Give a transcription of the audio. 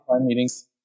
meetings